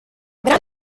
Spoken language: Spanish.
gran